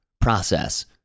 process